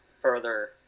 further